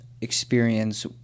experience